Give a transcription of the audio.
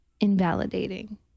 invalidating